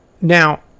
Now